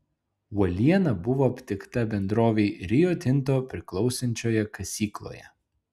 uoliena buvo aptikta bendrovei rio tinto priklausančioje kasykloje